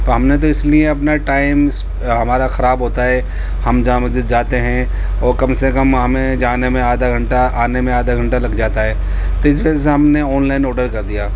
تو ہم نے تواس لیے اپنا ٹائمس ہمارا خراب ہوتا ہے ہم جامع مسجد جاتے ہیں اور کم سے کم ہمیں جانے میں آدھا گھنٹہ آنے میں آدھا گھنٹہ لگ جاتا ہے تو اس وجہ سے ہم نے آن لائن آڈر کر دیا